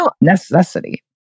necessity